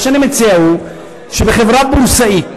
מה שאני מציע הוא שבחברה בורסאית,